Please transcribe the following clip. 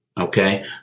okay